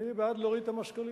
אני בעד להוריד את המס כליל.